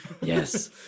Yes